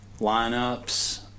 lineups